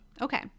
Okay